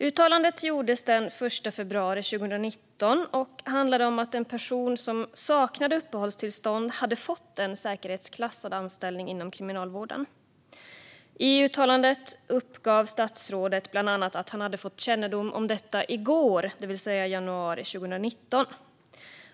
Uttalandet gjordes den 1 februari 2019 och handlade om att en person som saknade uppehållstillstånd hade fått en säkerhetsklassad anställning inom Kriminalvården. I uttalandet uppgav statsrådet bland annat att han hade fått "kännedom om detta i går", det vill säga i januari 2019.